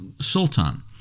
sultan